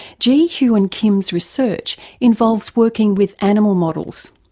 jee hyun kim's research involves working with animal models.